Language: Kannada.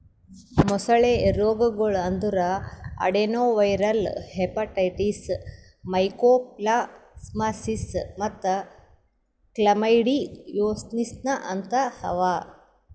ಮೊಸಳೆ ರೋಗಗೊಳ್ ಅಂದುರ್ ಅಡೆನೊವೈರಲ್ ಹೆಪಟೈಟಿಸ್, ಮೈಕೋಪ್ಲಾಸ್ಮಾಸಿಸ್ ಮತ್ತ್ ಕ್ಲಮೈಡಿಯೋಸಿಸ್ನಂತಹ ಅವಾ